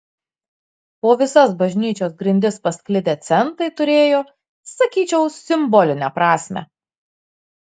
po visas bažnyčios grindis pasklidę centai turėjo sakyčiau simbolinę prasmę